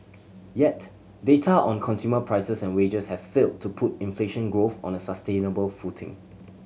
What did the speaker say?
yet data on consumer prices and wages have failed to put inflation growth on a sustainable footing